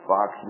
Fox